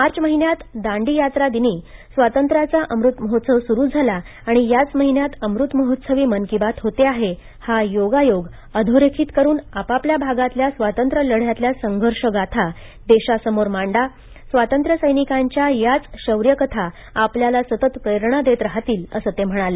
मार्च महिन्यात दांडीयात्रा दिनी स्वातंत्र्याचा अमृत महोत्सव सुरू झाला आणि याच महिन्यात अमृतमहोत्सवी मन की बात होते आहे हा योगायोग अधोरेखित करून आपापल्या भागातल्या स्वातंत्र्य लद्यातल्या संघर्षगाथा देशासमोर मांडा स्वातंत्र्य सैनिकांच्या याच शौर्यकथा आपल्याला सतत प्रेरणा देत राहतील असं ते म्हणाले